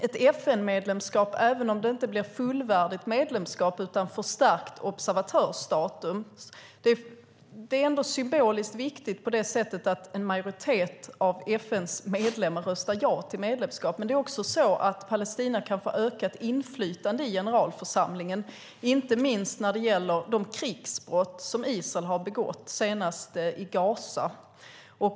Ett FN-medlemskap, även om det inte blir ett fullvärdigt medlemskap utan förstärkt observatörsstatus, är ändå symboliskt viktigt på det sättet att en majoritet av FN:s medlemmar röstar ja till medlemskap. Men det är också så att Palestina kan få ökat inflytande i generalförsamlingen, inte minst när det gäller de krigsbrott som Israel har begått, senast i Gaza.